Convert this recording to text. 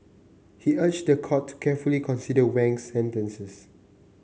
he urged the court to carefully consider Wang's sentences